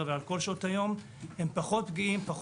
אלא על פני כל שעות היום פחות פגיעים,